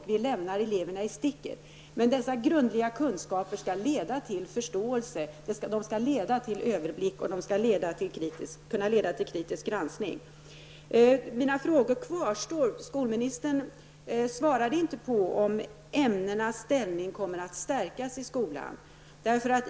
Vi lämnar eleverna i sticket. Dessa grundliga kunskaper skall leda till förståelse, överblick och kritisk granskning. Mina frågor kvarstår. Skolministern svarade inte på om ämnenas ställning kommer att stärkas i skolan.